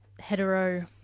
hetero